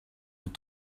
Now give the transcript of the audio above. vous